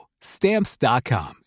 Stamps.com